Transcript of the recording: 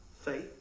Faith